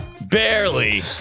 barely